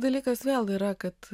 dalykas vėl yra kad